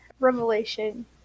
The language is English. revelation